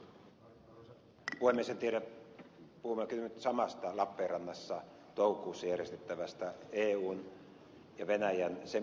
en tiedä puhummeko nyt samasta lappeenrannassa toukokuussa järjestettävästä eun ja venäjän seminaarista